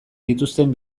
dituzten